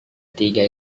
tiga